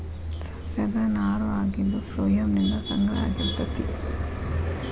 ಸಸ್ಯದ ನಾರು ಆಗಿದ್ದು ಪ್ಲೋಯಮ್ ನಿಂದ ಸಂಗ್ರಹ ಆಗಿರತತಿ